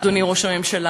אדוני ראש הממשלה.